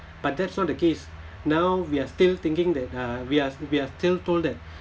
but that's not the case now we are still thinking that uh we are we are still told that